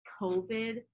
COVID